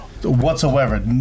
Whatsoever